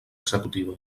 executiva